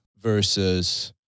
versus